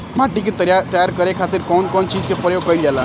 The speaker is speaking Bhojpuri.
माटी के तैयार करे खातिर कउन कउन चीज के प्रयोग कइल जाला?